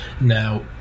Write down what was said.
Now